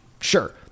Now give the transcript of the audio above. sure